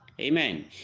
Amen